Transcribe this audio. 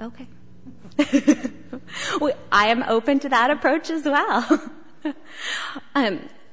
ok i am open to that approaches the hour